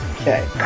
okay